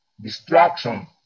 Distraction